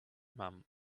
mum